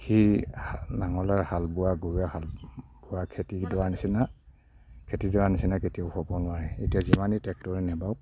সেই হা নাঙলেৰে হাল বোৱা গৰুৱে হাল বোৱা খেতিডৰাৰ নিচিনা খেতিডৰাৰ নিচিনা কেতিয়াও হ'ব নোৱাৰে এতিয়া যিমানেই ট্ৰেক্টৰে নাবাওক